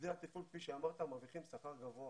עובדי התפעול, כפי שאמרת, מרוויחים שכר גבוה